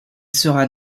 sera